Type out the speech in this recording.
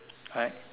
right